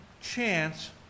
chance